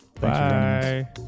Bye